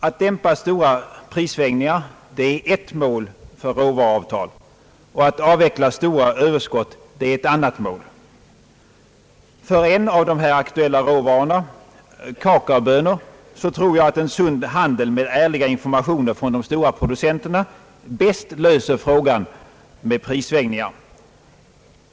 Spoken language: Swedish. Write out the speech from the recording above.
Att dämpa stora prissvängningar är ett mål för råvaruavtal och att avveck la stora råvaruöverskott ett annat. För en av de här aktuella råvarorna, kakaobönor, tror jag att en sund handel med ärliga informationer från de stora producenterna bäst löser problemet med prissvängningar.